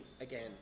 again